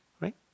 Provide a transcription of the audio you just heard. right